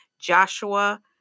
Joshua